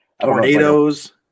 Tornadoes